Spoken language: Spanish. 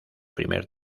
primer